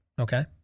okay